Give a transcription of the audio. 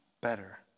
better